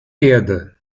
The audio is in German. erde